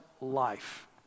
life